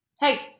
hey